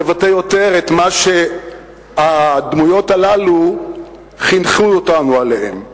מבטא יותר את מה שהדמויות הללו חינכו אותנו עליו.